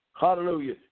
Hallelujah